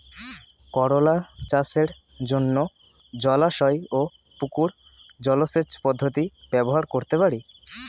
করোলা চাষের জন্য জলাশয় ও পুকুর জলসেচ পদ্ধতি ব্যবহার করতে পারি?